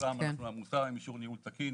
אנחנו עמותה עם אישור ניהול תקין,